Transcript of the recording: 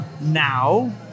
Now